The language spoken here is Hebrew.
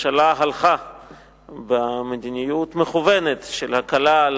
הממשלה הלכה במדיניות מכוונת של הקלה על